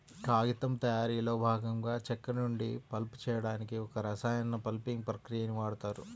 కాగితం తయారీలో భాగంగా చెక్క నుండి పల్ప్ చేయడానికి ఒక రసాయన పల్పింగ్ ప్రక్రియని వాడుతారు